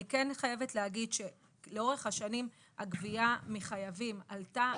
אני כן חייבת להגיד שלאורך השנים הגבייה מחייבים עלתה,